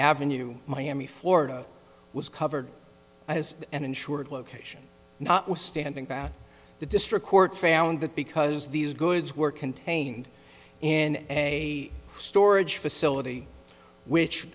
avenue miami florida was covered as an insured location notwithstanding that the district court found that because these goods were contained in a storage facility which